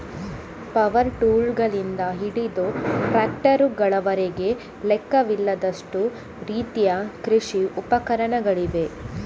power ಟೂಲ್ಗಳಿಂದ ಹಿಡಿದು ಟ್ರಾಕ್ಟರುಗಳವರೆಗೆ ಲೆಕ್ಕವಿಲ್ಲದಷ್ಟು ರೀತಿಯ ಕೃಷಿ ಉಪಕರಣಗಳಿವೆ